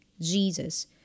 Jesus